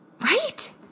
Right